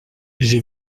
j’ai